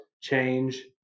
change